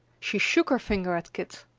she shook her finger at kit.